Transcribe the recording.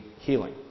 healing